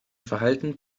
verhalten